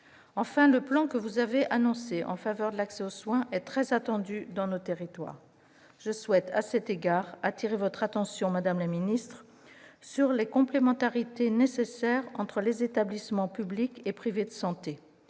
Enfin, le plan que vous avez annoncé en faveur de l'accès aux soins est très attendu dans nos territoires. Je souhaite à cet égard attirer votre attention sur les complémentarités nécessaires entre les établissements publics et privés de santé.